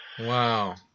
Wow